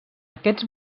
aquests